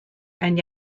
and